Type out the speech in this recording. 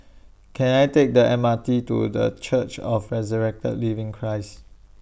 Can I Take The M R T to The Church of Resurrected Living Christ